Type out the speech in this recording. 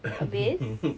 habis